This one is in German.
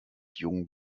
jung